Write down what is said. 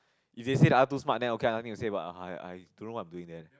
if they say the other two smart then okay ah nothing to say but I don't know what I'm doing there